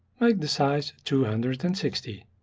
make the size two hundred and sixty.